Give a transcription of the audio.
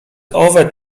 owe